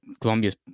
Colombia's